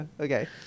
Okay